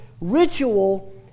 ritual